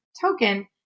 token